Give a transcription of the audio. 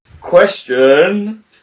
Question